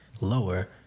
lower